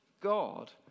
God